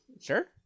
sure